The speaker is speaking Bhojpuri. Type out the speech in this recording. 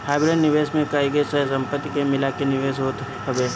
हाइब्रिड निवेश में कईगो सह संपत्ति के मिला के निवेश होत हवे